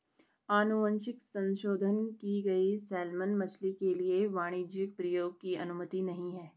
अनुवांशिक संशोधन की गई सैलमन मछली के लिए वाणिज्यिक प्रयोग की अनुमति नहीं है